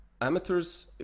amateurs